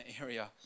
area